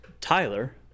Tyler